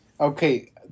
Okay